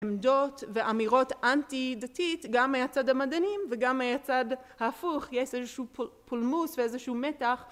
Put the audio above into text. עמדות ואמירות אנטי דתית גם מהצד המדענים וגם מהצד ההפוך יש איזשהו פולמוס ואיזשהו מתח